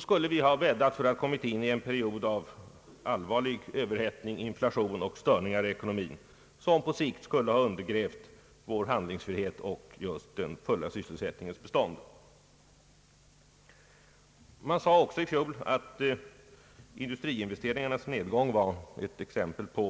skulle vi ha bäddat för att komma in i en period av allvarlig överhettning, inflation och störningar i ekonomin, som på lång sikt skulle ha undergrävt vår handlingsfrihet och just den fulla sysselsättningens bestånd. Oppositionens företrädare sade också i fjol att nedgången i industriinvesteringarna var ett bevis för regeringens Ang.